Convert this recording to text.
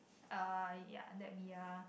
uh ya that be a